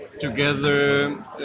together